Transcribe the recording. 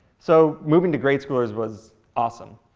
so moving to grade schoolers was awesome.